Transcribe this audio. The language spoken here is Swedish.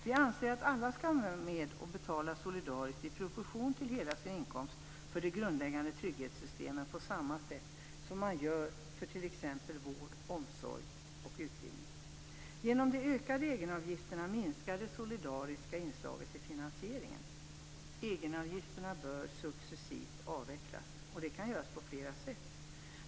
Vi anser att alla skall vara med och betala solidariskt i proportion till hela sin inkomst för de grundläggande trygghetssystemen på samma sätt som man gör för t.ex. vård, omsorg och utbildning. Genom de ökade egenavgifterna minskar det solidariska inslaget i finansieringen. Egenavgifterna bör successivt avvecklas. Det kan göras på flera sätt.